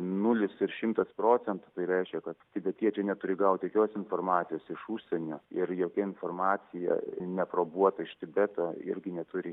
nulis ir šimtas procentų tai reiškia kad tibetiečiai neturi gauti jokios informacijos iš užsienio ir jokia informacija neaprobuota iš tibeto irgi neturi